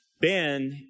Ben